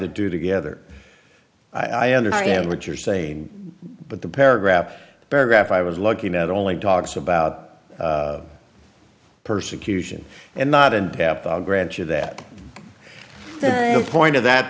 the do together i understand what you're saying but the paragraph paragraph i was looking at only talks about persecution and not untap i'll grant you that the point of that